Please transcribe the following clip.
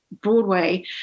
Broadway